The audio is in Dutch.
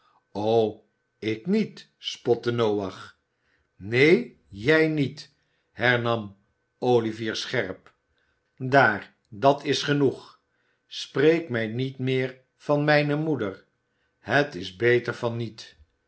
o ik niet spotte noach neen jij niet hernam olivier scherp daar dat is genoeg spreek mij niet meer van mijne moeder het is beter van niet